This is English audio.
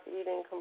eating